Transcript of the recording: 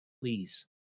please